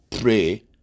pray